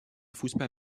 fußball